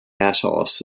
atos